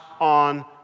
on